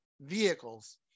vehicles